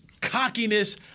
cockiness